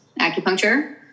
acupuncture